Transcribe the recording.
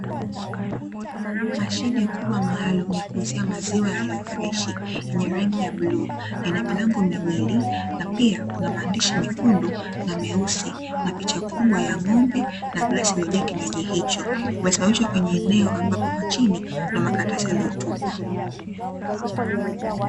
Mashine kubwa maalumu ya kuuzia maziwa yaliyo freshi, yenye rangi ya bluu. Ina milango miwili, na pia kuna maandishi mekundu na meusi, na picha kubwa ya ng'ombe na glasi iliyojaa kinywaji hicho. Vimesimamishwa kwenye eneo ambapo kwa chini kuna makaratasi yaliyotupwa.